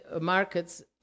markets